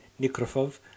Nikrofov